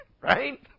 right